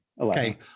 okay